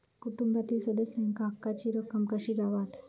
कुटुंबातील सदस्यांका हक्काची रक्कम कशी गावात?